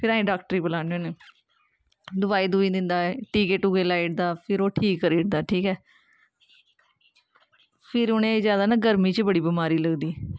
फिर असें डाक्टर गी बुलाने होन्ने दवाई दवुई दिंदा टीके टुके लोआई ओड़दा ऐ फिर ओह् ठीक करी ओड़दा ठीक ऐ फिर उ'नेंगी जादा ना गर्मी च जादा बमारी लगदी